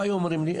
מה היו אומרים לי,